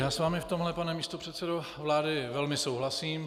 Já s vámi v tomhle, pane místopředsedo vlády, velmi souhlasím.